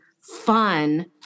fun